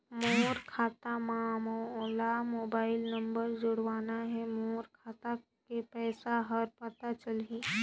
मोर खाता मां मोला मोबाइल नंबर जोड़वाना हे मोर खाता के पइसा ह पता चलाही?